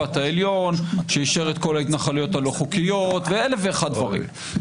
המשפט העליון שאישר את כל ההתנחלויות הלא חוקיות ואלף ואחד דברים.